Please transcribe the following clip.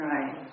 Right